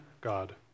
God